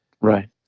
Right